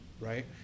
right